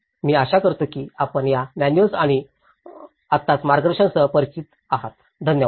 मी आशा करतो की आपण या मॅनुअल्स आणि आत्ताच मार्गदर्शन सह परिचित आहात धन्यवाद